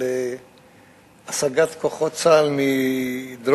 על הסגת כוחות צה"ל מדרום-לבנון.